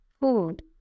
food